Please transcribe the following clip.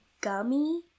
gummy